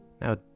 Now